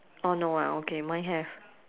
oh no ah okay mine have